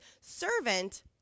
servant